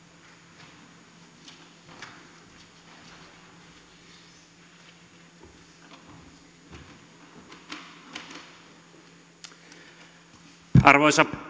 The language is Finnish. arvoisa